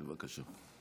בבקשה.